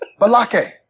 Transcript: Balake